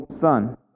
son